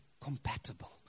compatible